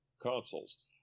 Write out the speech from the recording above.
consoles